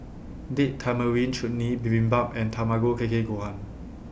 Date Tamarind Chutney Bibimbap and Tamago Kake Gohan